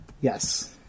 Yes